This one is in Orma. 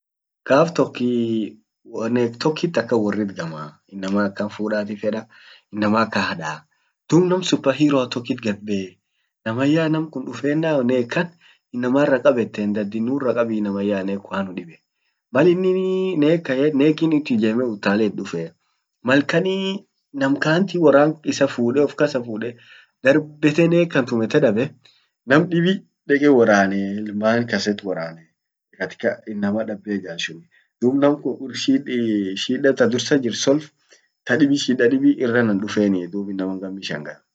gaf tok ee wonek tokkit akkan worit gamaa, inama akkan fudati feda, inama akkan hadaa. Dub nam superhero tokkit gad bee. Naman yaa nam kun duffennan nek kan inamarra kab eteni dadin, nurra kabii naman yaa nek kun hanudibe .malinin ee nek kan yed nekkin it ijemme utale it dufee malkanii nam kanti worran issa fude uf kasa fude darbeteni nek kan tumette dabe, nam dibi deke woranee, ilman kasit woranee katika inama dabbe ijaj sun. dub nam kun shid ee shida tadursa jirt solve tadibi shida dibi iranan dufenii dub inaman gammi shangae.